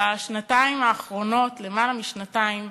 בשנתיים האחרונות, למעלה משנתיים,